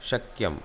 शक्यम्